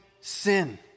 sin